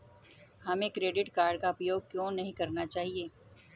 हमें credit card का उपयोग क्यों नहीं करना चाहिए?